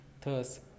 Thus